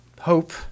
hope